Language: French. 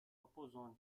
opposant